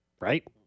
right